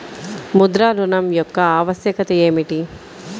ముద్ర ఋణం యొక్క ఆవశ్యకత ఏమిటీ?